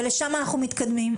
ולשם אנחנו מתקדמים,